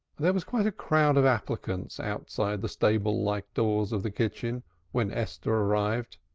there was quite a crowd of applicants outside the stable-like doors of the kitchen when esther arrived,